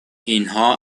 اینها